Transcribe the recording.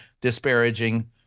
disparaging